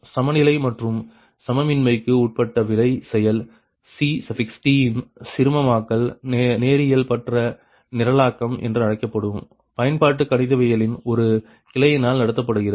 சமநிலை மற்றும் சமமின்மைக்கு உட்பட்டு விலை செயல் CT யின் சிறுமமாக்கல் நேரியல்பற்ற நிரலாக்கம் என்று அழைக்கப்படும் பயன்பாட்டு கணிதவியலின் ஒரு கிளையினால் நடத்தப்படுகிறது